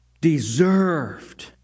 deserved